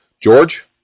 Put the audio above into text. George